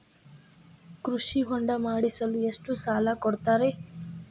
ಕೃಷಿ ಹೊಂಡ ಮಾಡಿಸಲು ಎಷ್ಟು ಸಾಲ ಕೊಡ್ತಾರೆ?